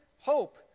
hope